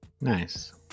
Nice